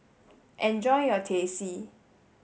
enjoy your Teh C